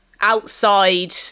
outside